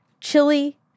Chili